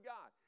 God